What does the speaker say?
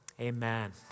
Amen